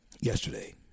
yesterday